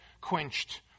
quenched